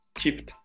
shift